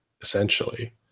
essentially